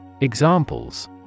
Examples